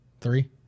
Three